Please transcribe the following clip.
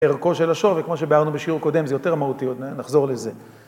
ערכו של השור, וכמו שבארנו בשיעור קודם זה יותר מהותי, נחזור לזה.